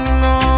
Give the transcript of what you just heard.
no